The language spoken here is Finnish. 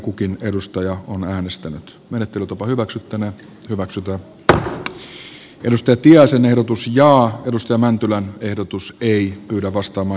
kotihoidon tuen puolittaminen vanhempien kesken puolestaan hankaloittaa perheen ja työn yhdistämistä sekä lisää valtion ja kuntien velkaantumista